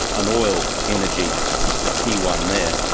and oil energy is the key one there,